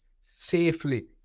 safely